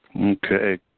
Okay